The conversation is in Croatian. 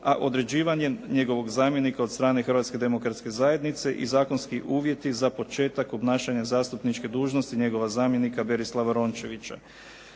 a određivanjem njegovog zamjenika od strane Hrvatske demokratske zajednice i zakonski uvjeti za početak obnašanja zastupničke dužnosti njegova zamjenika Berislava Rončevića.